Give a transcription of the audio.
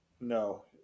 no